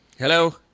Hello